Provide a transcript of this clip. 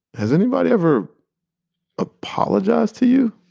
has anybody ever apologized to you?